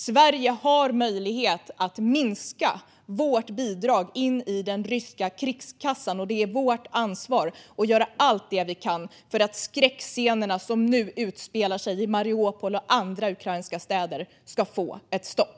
Sverige har möjlighet att minska vårt bidrag in i den ryska krigskassan. Det är vårt ansvar att göra allt vi kan för att skräckscenerna som nu utspelar sig i Mariupol och andra ukrainska städer ska få ett stopp.